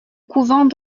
couvent